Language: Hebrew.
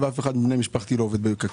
ואף אחד מבני משפחתי לא עובד בקק"ל.